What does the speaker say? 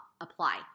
apply